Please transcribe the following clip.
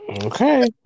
Okay